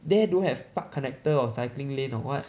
there don't have park connector or cycling lane or what